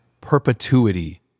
perpetuity